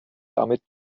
damit